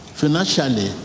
Financially